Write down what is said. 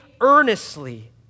earnestly